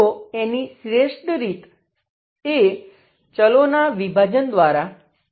તો એની શ્રેષ્ઠ રીત એ ચલોના વિભાજન દ્વારા તેને ઉકેલવી એ છે